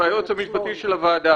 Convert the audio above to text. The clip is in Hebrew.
-- והיועץ המשפטי של הוועדה,